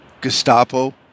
Gestapo